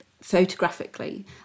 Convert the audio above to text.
photographically